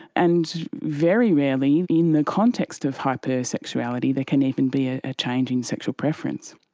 and very rarely in the context of hypersexuality there can even be a change in sexual preference.